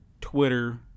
Twitter